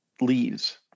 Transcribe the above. leaves